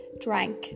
drank